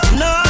no